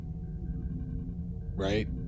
Right